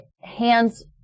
hands